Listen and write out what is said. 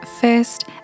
first